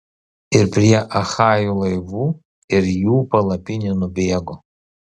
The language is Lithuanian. ir prie achajų laivų ir jų palapinių nubėgo